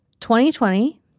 2020